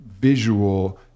visual